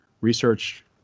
Research